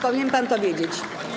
Powinien pan to wiedzieć.